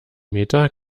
meter